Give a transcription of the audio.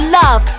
love